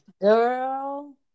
Girl